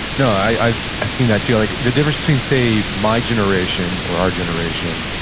no, i've i've seen that too. like the difference between, say, my generation, or our generation,